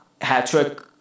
hat-trick